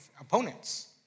opponents